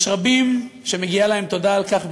יש רבים שמגיעה להם תודה על כך,